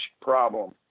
problem